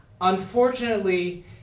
unfortunately